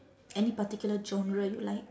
any particular genre you like